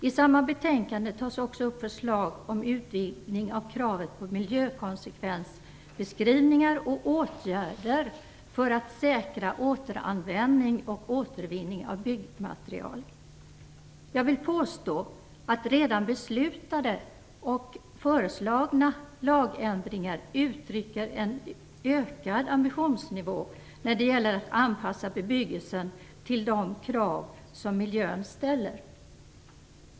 I samma betänkande tas också förslag upp om en utvidgning av kravet på miljökonsekvensbeskrivningar och åtgärder för att säkra återanvändning och återvinning av byggmaterial. Jag vill påstå att redan beslutade och föreslagna lagändringar uttrycker en ökad ambitionsnivå när det gäller att anpassa bebyggelsen till de krav som miljön ställer.